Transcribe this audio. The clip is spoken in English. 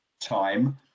time